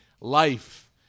life